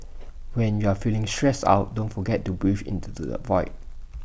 when you are feeling stressed out don't forget to breathe into the void